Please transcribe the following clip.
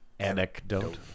anecdote